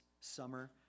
summer